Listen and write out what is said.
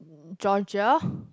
Georgia